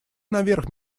наверх